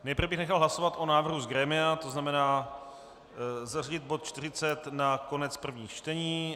Nejprve bych nechal hlasovat o návrhu z grémia, to znamená zařadit bod 40 na konec prvních čtení.